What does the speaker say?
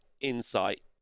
insight